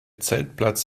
zeltplatz